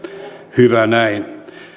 hyvä näin